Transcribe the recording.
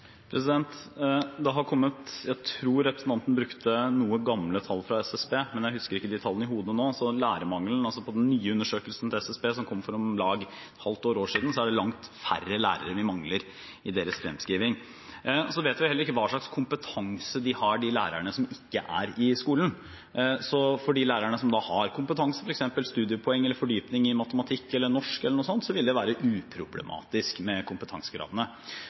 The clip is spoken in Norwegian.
Jeg tror representanten brukte litt gamle tall fra SSB, men jeg husker ikke tallene i hodet nå. I den nye undersøkelsen til SSB som kom for om lag et halvt år siden, er det langt færre lærere som mangler i deres fremskriving. Så vet vi heller ikke hva slags kompetanse de lærerne som ikke er i skolen, har. For de lærerne som har kompetanse, f.eks. studiepoeng eller fordypning i matematikk eller norsk eller noe sånt, vil kompetansekravene være